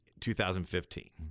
2015